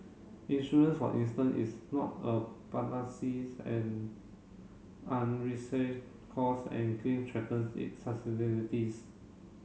insurance for instance is not a and costs and claim threaten its